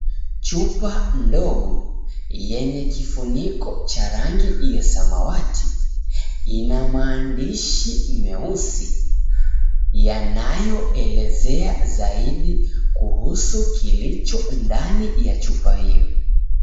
Chupa ndogo yenye kifuniko cha rangi ya samawati ina maandishi meusi yanayoelezea zaidi kuhusu kilicho ndani ya chupa hio.